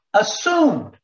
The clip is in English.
assumed